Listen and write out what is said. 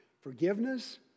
forgiveness